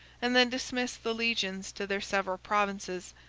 and then dismissed the legions to their several provinces,